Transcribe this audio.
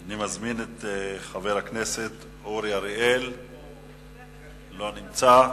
אני מזמין את חבר הכנסת אורי אריאל, לא נמצא.